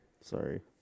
Sorry